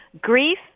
Grief